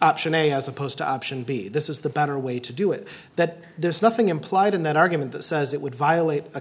option a as opposed to option b this is the better way to do it that there's nothing implied in that argument that says it would violate a